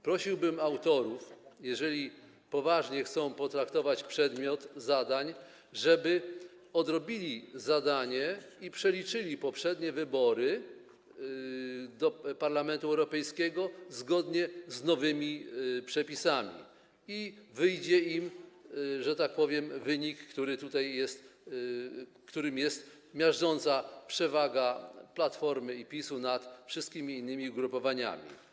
Prosiłbym autorów, jeżeli poważnie chcą potraktować przedmiot zadań, żeby odrobili zadanie i przeliczyli poprzednie wybory do Parlamentu Europejskiego zgodnie z nowymi przepisami, a wyjdzie im wynik, który daje miażdżącą przewagę Platformy i PiS-u nad wszystkimi innymi ugrupowaniami.